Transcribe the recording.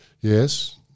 Yes